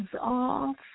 off